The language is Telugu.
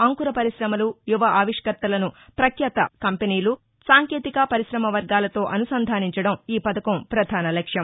అంకుర పరిశమలు యువ ఆవిష్కర్తలను పఖ్యాత కంపెనీలు సాంకేతిక పరిశమ వర్గాలతో అనుసంధానించడం ఈ పథకం పధాన లక్ష్యం